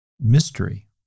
Mystery